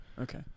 Okay